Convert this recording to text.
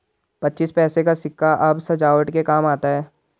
पच्चीस पैसे का सिक्का अब सजावट के काम आता है